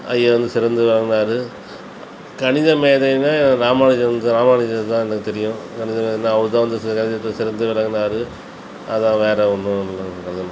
ஐயா வந்து சிறந்து விளங்குனார் கணித மேதைனா ராமானுஜம் தான் ராமானுஜம் தான் எனக்கு தெரியும் கணித மேதைனா அவர் தான் வந்து ஸ் கணிதத்தில் சிறந்து விளங்குனார் அதான் வேறு ஒன்றும்